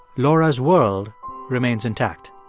laura's world remains intact.